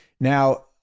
Now